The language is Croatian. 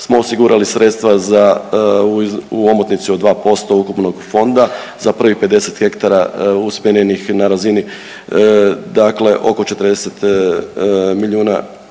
smo osigurali sredstva za, u omotnici od 2% ukupnog fonda za prvih 50 hektara usmjerenih na razini dakle oko 40 milijuna